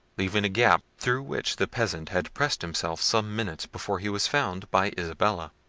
leaving a gap, through which the peasant had pressed himself some minutes before he was found by isabella.